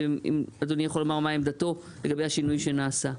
ואם אדוני יכול לומר מה עמדתו לגבי השינוי שנעשה.